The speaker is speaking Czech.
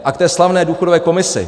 A k té slavné důchodové komisi.